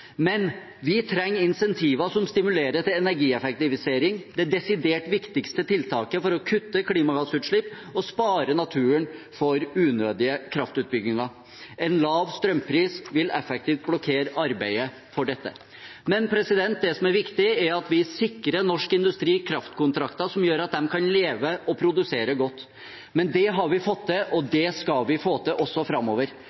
Men vi trenger incentiver som stimulerer til energieffektivisering – det desidert viktigste tiltaket for å kutte klimagassutslipp og spare naturen for unødige kraftutbygginger. En lav strømpris vil effektivt blokkere arbeidet for dette. Det som er viktig, er at vi sikrer norsk industri kraftkontrakter som gjør at industrien kan leve og produsere godt. Det har vi fått til, og